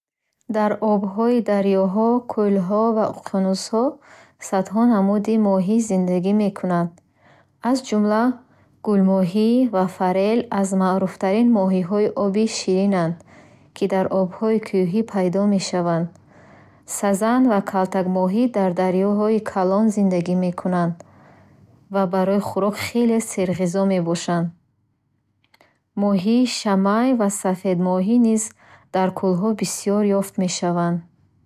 Дар обҳои дарёҳо, кӯлҳо ва уқёнусҳо садҳо намуди моҳӣ зиндагӣ мекунад. Аз ҷумла, гулмоҳӣ ва форел аз маъруфтарин моҳихои оби ширинанд, ки дар обҳои кӯҳӣ пайдо мешаванд. Сазан ва калтакмоҳӣ дар дарёҳои калон зиндагӣ мекунанд ва барои хӯрок хеле серғизо мебошанд. Моҳии шамай ва сафедмоҳӣ низ дар кӯлҳо бисёр ёфт мешаванд.